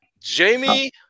Jamie